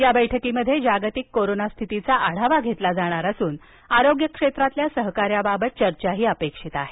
या बैठकीमध्ये जागतिक कोरोना स्थितीचा आढावा घेतला जाणार असून आरोग्य क्षेत्रातल्या सहकार्याबाबत चर्चाही अपेक्षित आहे